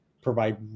provide